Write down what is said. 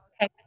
Okay